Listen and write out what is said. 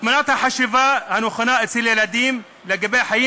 הטמעת החשיבה הנכונה אצל ילדים לגבי חיים